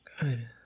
Good